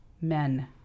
men